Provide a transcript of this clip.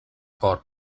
cort